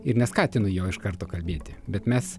ir neskatinu jo iš karto kalbėti bet mes